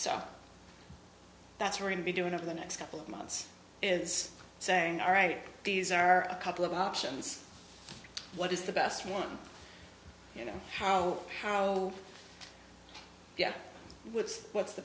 so that's we're going to be doing over the next couple of months is saying all right these are a couple of options what is the best one you know how how yeah what's what's the